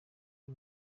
uwo